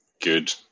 good